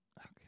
Okay